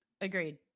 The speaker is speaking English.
agreed